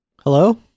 Hello